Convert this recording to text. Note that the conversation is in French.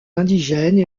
indigènes